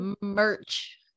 merch